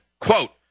quote